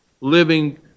living